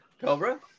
Cobra